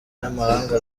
n’amahanga